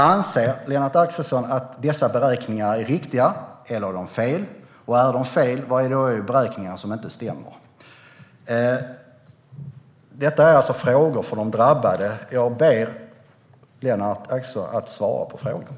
Anser Lennart Axelsson att dessa beräkningar är riktiga eller felaktiga? Är de felaktiga, vad är det då i beräkningarna som inte stämmer? Detta är alltså frågor från de drabbade. Jag ber Lennart Axelsson att svara på frågorna.